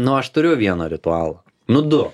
nu aš turiu vieną ritualą nu du